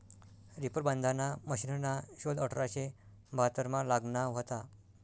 reaper बांधाना मशिनना शोध अठराशे बहात्तरमा लागना व्हता